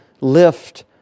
lift